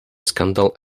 scandal